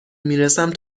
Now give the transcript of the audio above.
میرسم